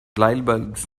lightbulbs